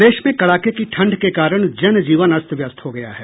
प्रदेश में कड़ाके की ठंड के कारण जन जीवन अस्त व्यस्त हो गया है